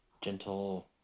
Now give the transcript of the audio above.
gentle